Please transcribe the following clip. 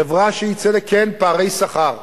חברה של אי-צדק, כן, פערי שכר.